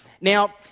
Now